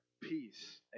peace